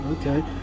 Okay